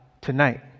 tonight